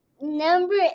number